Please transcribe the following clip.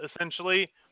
essentially